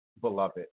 beloved